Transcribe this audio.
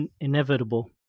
inevitable